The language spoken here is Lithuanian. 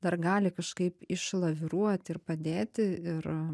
dar gali kažkaip išlaviruoti ir padėti ir